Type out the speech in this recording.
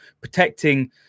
protecting